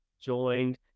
joined